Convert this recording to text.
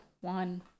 one